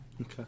Okay